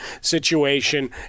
situation